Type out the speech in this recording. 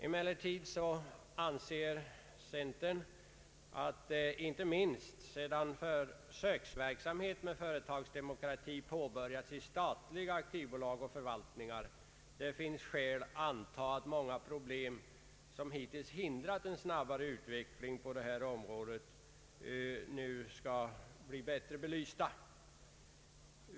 Emellertid anser centern att det inte minst sedan försöksverksamhet med företagsdemokrati påbörjats i statliga ak tiebolag och förvaltningar finns skäl att anta att många problem som hittills hindrat en snabbare utveckling på detta område nu skall bli bättre belysta.